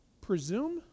presume